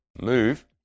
move